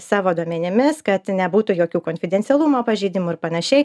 savo duomenimis kad nebūtų jokių konfidencialumo pažeidimų ir panašiai